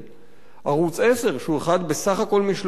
ערוץ-10, שהוא אחד משלושה ערוצים